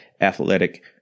athletic